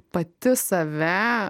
pati save